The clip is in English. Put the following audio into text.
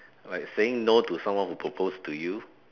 like saying no to someone who propose to you